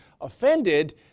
offended